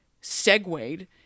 segued